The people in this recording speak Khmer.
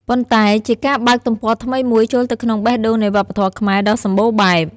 ប៉ុន្តែជាការបើកទំព័រថ្មីមួយចូលទៅក្នុងបេះដូងនៃវប្បធម៌ខ្មែរដ៏សម្បូរបែប។